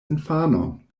infanon